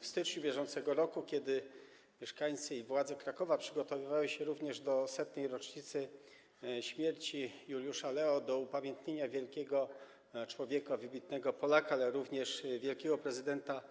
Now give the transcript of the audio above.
W styczniu br., kiedy mieszkańcy i władze Krakowa przygotowywali się do obchodów 100. rocznicy śmierci Juliusza Lea, do upamiętnienia tego wielkiego człowieka, wybitnego Polaka, ale również wielkiego prezydenta